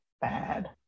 bad